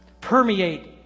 Permeate